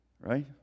right